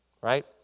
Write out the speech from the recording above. right